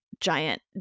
giant